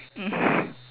mm